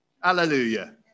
hallelujah